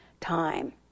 time